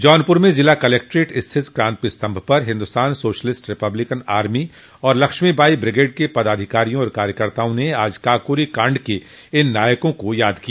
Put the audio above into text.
जौनपुर में जिला कलेक्ट्रट स्थित क्रांति स्तम्भ पर हिन्दुस्तान सोशलिस्ट रिपब्लिकन आर्मी और लक्ष्मीबाई ब्रिगेड के पदाधिकारियों और कार्यकर्ताओं ने आज काकोरी कांड के इन नायकों का याद किया